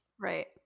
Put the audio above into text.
Right